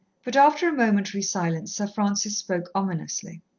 but after a momentary silence sir francis spoke ominously.